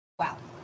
wow